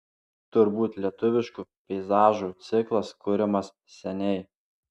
turbūt lietuviškų peizažų ciklas kuriamas seniai